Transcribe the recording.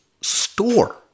store